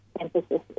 emphasis